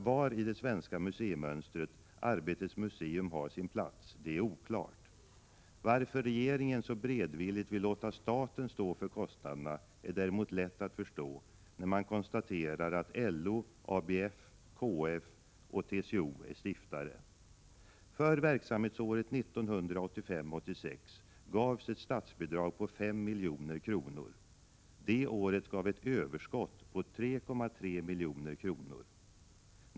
Var Arbetets museum har sin plats i det svenska museimönstret är oklart. Varför regeringen så beredvilligt vill låta staten stå för kostnaderna är däremot lätt att förstå när man konstaterar att LO, ABF, KF och TCO är stiftare. För verksamhetsåret 1985/86 gavs ett statsbidrag på 5 milj.kr. Det året gav ett överskott på 3,3 milj.kr.